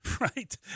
Right